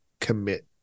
commit